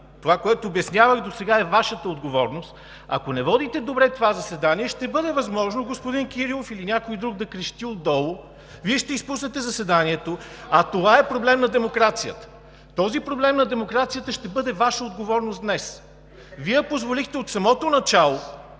това, което обяснявах досега, е Вашата отговорност, ако не водите добре това заседание, ще бъде възможно господин Кирилов или някой друг да крещи отдолу, Вие ще изпуснете заседанието, а това е проблем на демокрацията. Този проблем на демокрацията ще бъде Ваша отговорност днес. Вие позволихте от самото начало